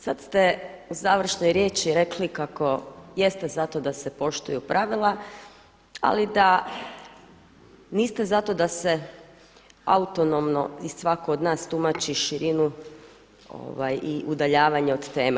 Sada ste u završnoj riječi rekli kako jeste za to da se poštuju pravila, ali niste za to da se autonomno i svako od nas tumači širinu i udaljavanje od teme.